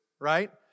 right